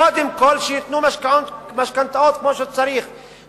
קודם כול שייתנו משכנתאות כמו שצריך,